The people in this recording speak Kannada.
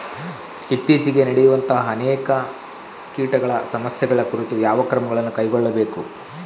ಇತ್ತೇಚಿಗೆ ನಡೆಯುವಂತಹ ಅನೇಕ ಕೇಟಗಳ ಸಮಸ್ಯೆಗಳ ಕುರಿತು ಯಾವ ಕ್ರಮಗಳನ್ನು ಕೈಗೊಳ್ಳಬೇಕು?